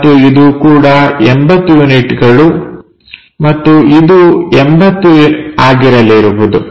ಮತ್ತು ಇದು ಕೂಡ 80ಯೂನಿಟ್ಗಳು ಮತ್ತು ಇದು 80 ಆಗಿರಲಿರುವುದು